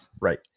Right